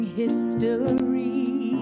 history